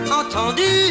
entendu